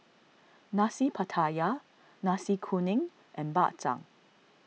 Nasi Pattaya Nasi Kuning and Bak Chang